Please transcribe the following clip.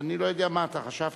אני לא יודע מה אתה חשבת.